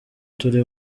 turi